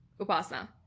Upasna